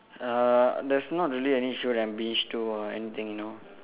uh there's not really any show that I'm binged to or anything you know